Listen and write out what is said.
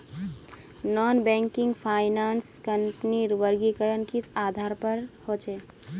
Non banking finance कंपनीर वर्गीकरण किस आधार पर होचे?